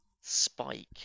spike